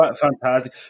fantastic